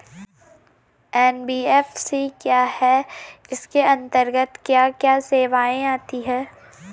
NBFC क्या है इसके अंतर्गत क्या क्या सेवाएँ आती हैं?